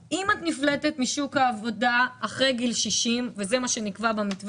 שאם את נפלטת משוק העבודה אחרי גיל 60 וזה מה שנקבע במתווה